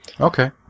Okay